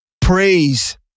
praise